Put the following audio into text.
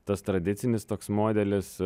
tas tradicinis toks modelis